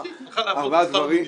אשתי הלכה לעבוד בשכר מינימום.